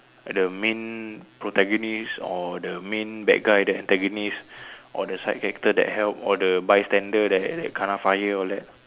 the main protagonist or the main bad guy the antagonist or the side character that help or the bystander that that kena fire all that